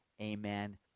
amen